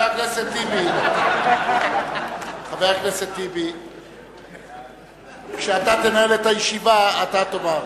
חבר הכנסת טיבי, כשאתה תנהל את הישיבה, אתה תאמר.